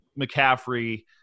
McCaffrey